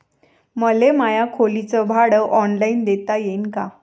मले माया खोलीच भाड ऑनलाईन देता येईन का?